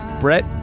Brett